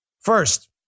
First